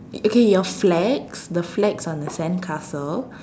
okay your flags the flags on the sandcastle